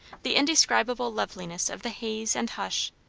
the indescribable loveliness of the haze and hush,